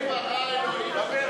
כבוד השר,